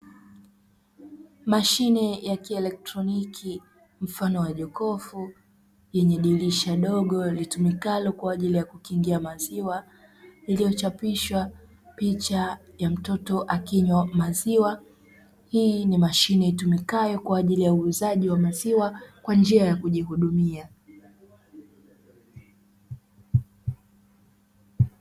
Mashine ya kielektroniki mfano wa jokofu, yenye dirisha dogo litumikalo kwa ajili ya kukingia maziwa; iliyochapishwa picha ya mtoto akinywa maziwa. Hii ni mashine itumikayo kwa ajili ya uzaaji wa maziwa kwa njia ya kujihudumia.